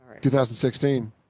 2016